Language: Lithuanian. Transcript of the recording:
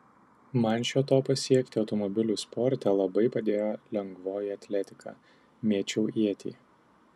man šio to pasiekti automobilių sporte labai padėjo lengvoji atletika mėčiau ietį